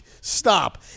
stop